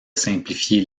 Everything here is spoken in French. simplifier